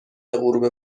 غروب